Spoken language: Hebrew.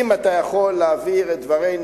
אם אתה יכול להעביר את דברינו,